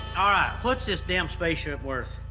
ah what's this damn spaceship worth?